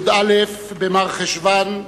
י"א במרחשוון תש"ע,